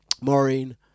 Maureen